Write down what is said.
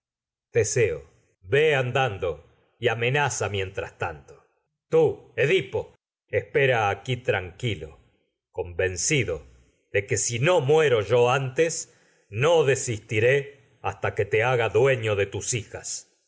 hacer andando y amenaza teseo ye mientras tanto tú edipo muero espera yo aqui no tranquilo convencido de que si no antes desistiré hasta que te haga dueño de tus hijas